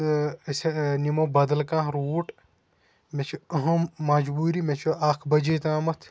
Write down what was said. تہٕ أسۍ نِمو بدل کانٛہہ روٗٹ مےٚ چھِ اہم مجبوٗری مےٚ چھُ اَکھ بجے تام